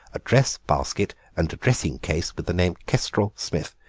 a dress basket and dressing-case, with the name kestrel-smith?